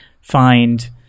find